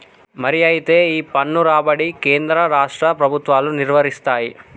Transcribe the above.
మరి అయితే ఈ పన్ను రాబడి కేంద్ర రాష్ట్ర ప్రభుత్వాలు నిర్వరిస్తాయి